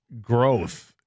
growth –